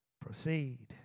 proceed